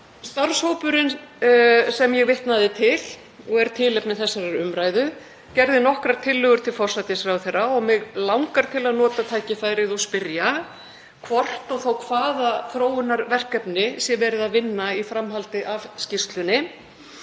Starfshópurinn, sem ég vitnaði til og er tilefni þessarar umræðu, gerði nokkrar tillögur til forsætisráðherra. Ég vil nota þetta tilefni til að spyrja hvort og þá hvaða þróunarverkefni sé verið að vinna í framhaldi af skýrslunni